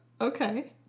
Okay